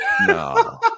No